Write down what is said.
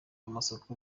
amasoko